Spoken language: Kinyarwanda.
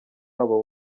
abo